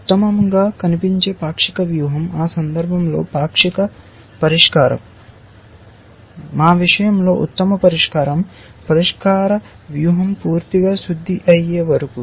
ఉత్తమంగా కనిపించే పాక్షిక వ్యూహం ఆ సందర్భంలో పాక్షిక పరిష్కారం మా విషయంలో ఉత్తమ పరిష్కారం పరిష్కార వ్యూహం పూర్తిగా శుద్ధి అయ్యే వరకు